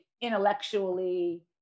intellectually